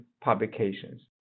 publications